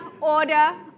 order